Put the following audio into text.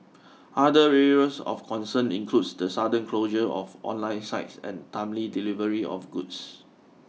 other areas of concern include the sudden closure of online sites and timely delivery of goods